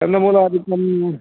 कन्दमूलदिकम्